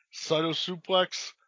cytosuplex